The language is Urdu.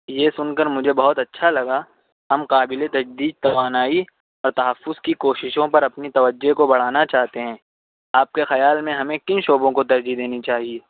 یہ سن کر مجھے بہت اچھا لگا ہم قابل تجدید توانائی اور تحفظ کی کوششوں پر اپنی توجہ کو بڑھانا چاہتے ہیں آپ کے خیال میں ہمیں کن شعبوں کو ترجیح دینی چاہیے